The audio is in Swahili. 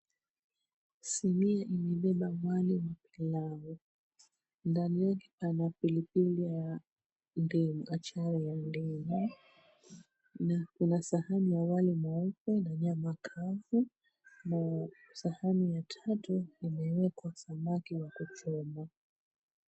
Siniya imebeba wali wa pilau. Ndani yake pana pilipili ya ndimu, achari ya ndimu. Na kuna sahani ya wali mweupe na nyama kavu na sahani ya tatu imewekwa samaki wa kuchoma.